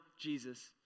Jesus